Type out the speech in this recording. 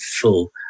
full